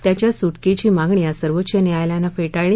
त्याच्या सुटकेची मागणी आज सर्वोच्च न्यायालयाने फेटाळली